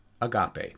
agape